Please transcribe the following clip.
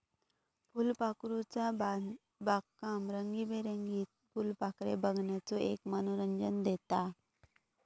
फुलपाखरूचा बागकाम रंगीबेरंगीत फुलपाखरे बघण्याचो एक मनोरंजन देता